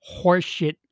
horseshit